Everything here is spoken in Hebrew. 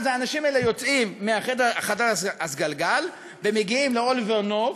אז האנשים האלה יוצאים מהחדר הסגלגל ומגיעים לאוליבר נורת',